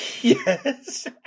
Yes